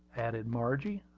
added margie.